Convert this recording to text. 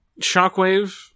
shockwave